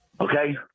okay